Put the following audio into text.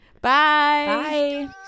Bye